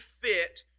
fit